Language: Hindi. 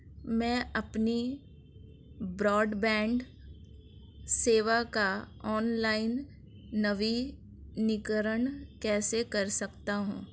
मैं अपनी ब्रॉडबैंड सेवा का ऑनलाइन नवीनीकरण कैसे कर सकता हूं?